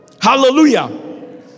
Hallelujah